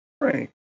Right